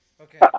Okay